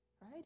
right